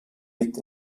liegt